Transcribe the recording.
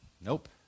Nope